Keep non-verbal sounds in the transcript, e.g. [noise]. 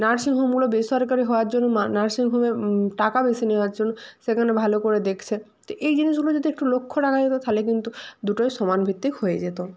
নার্সিংহোমগুলো বেসরকারি হওয়ার জন্য [unintelligible] নার্সিংহোমে টাকা বেশি নেওয়ার জন্য সেখানে ভালো করে দেখছে তো এই জিনিসগুলো যদি একটু লক্ষ্য রাখা যেত তাহলে কিন্তু দুটোই সমানভিত্তিক হয়ে যেত